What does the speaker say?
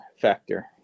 Factor